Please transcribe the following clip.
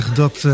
dat